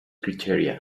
criteria